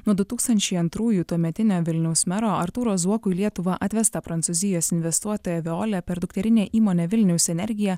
nuo du tūkstančiai antrųjų tuometinio vilniaus mero artūro zuoko į lietuvą atvestą prancūzijos investuotoją veolę per dukterinė įmonę vilniaus energija